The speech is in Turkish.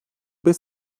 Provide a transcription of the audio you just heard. beş